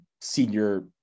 senior